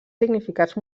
significats